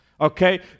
okay